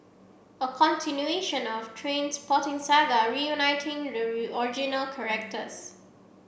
a of Trainspotting saga reuniting the original characters